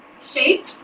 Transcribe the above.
shape